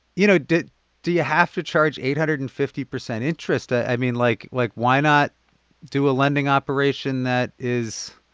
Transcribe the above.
you know, do you have to charge eight hundred and fifty percent interest? i mean, like, like why not do a lending operation that is,